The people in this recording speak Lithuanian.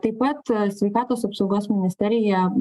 taip pat sveikatos apsaugos ministerija